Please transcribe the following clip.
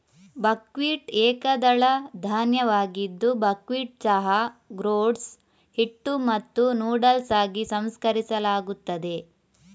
buckwheat ಏಕದಳ ಧಾನ್ಯವಾಗಿದ್ದು buckwheat ಚಹಾ, ಗ್ರೋಟ್ಸ್, ಹಿಟ್ಟು ಮತ್ತು ನೂಡಲ್ಸ್ ಆಗಿ ಸಂಸ್ಕರಿಸಲಾಗುತ್ತದೆ